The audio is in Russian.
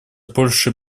польши